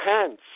hence